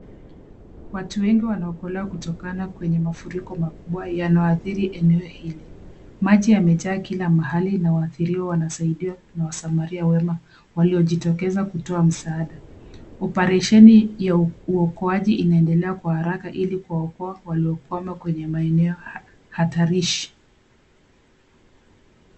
Watu wengi wanaokolewa kutokana kwenye mafuriko makubwa yanayoadhiri eneo hilo. Maji yamejaa kila mahali na waathiriwa wanasaidiwa na wasamaria wema waliojitokeza kutoa msaada. Oparesheni ya uokoaji inaendelea kwa haraka ili kuwaokoa waliokwama kwenye maeneo hatarishi.